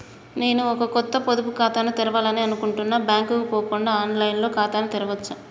నేను ఒక కొత్త పొదుపు ఖాతాను తెరవాలని అనుకుంటున్నా బ్యాంక్ కు పోకుండా ఆన్ లైన్ లో ఖాతాను తెరవవచ్చా?